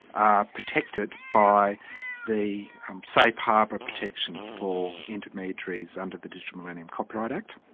are protected by the safe harbour protection for intermediaries under the digital millennium copyright act,